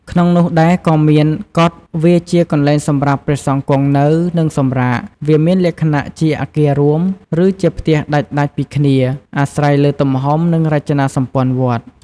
ក្នុងនោះដែរក៏មាន កុដិ វាជាកន្លែងសម្រាប់ព្រះសង្ឃគង់នៅ និងសម្រាក វាមានលក្ខណៈជាអគាររួម ឬជាផ្ទះដាច់ៗពីគ្នា អាស្រ័យលើទំហំ និងរចនាសម្ព័ន្ធវត្ត។